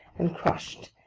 and crushed,